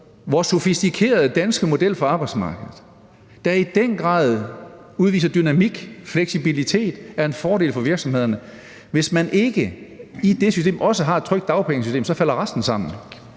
vores sofistikerede danske model for arbejdsmarkedet, der i den grad udviser dynamik og fleksibilitet, er en fordel for virksomhederne. Hvis man ikke i det system også har et trygt dagpengesystem, falder resten sammen.